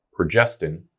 progestin